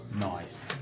Nice